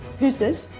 who's this?